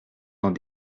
dans